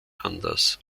anders